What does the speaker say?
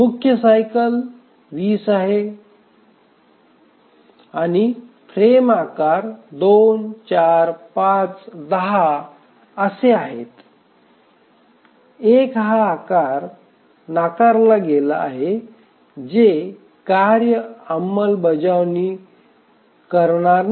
मुख्य सायकल 20 आहे आणि फ्रेम आकार 2 4 5 10 असे आहेत 1 हा आकार नाकारला गेला आहे जे कार्य अंमलबजावणी करणार नाही